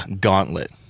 gauntlet